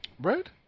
Right